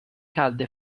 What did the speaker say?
calda